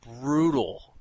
brutal